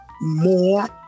More